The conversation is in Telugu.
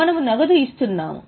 మనము నగదు ఇస్తున్నాము